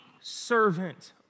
servant